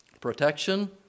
Protection